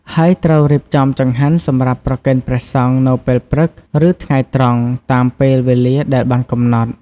ហើយត្រូវរៀបចំចង្ហាន់សម្រាប់ប្រគេនព្រះសង្ឃនៅពេលព្រឹក ឬថ្ងៃត្រង់ តាមពេលវេលាដែលបានកំណត់។